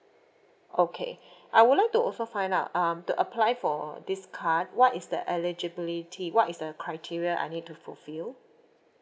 okay I would like to also find out um to apply for this card what is the eligibility what is the criteria I need to fulfil